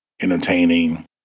entertaining